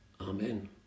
Amen